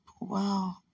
Wow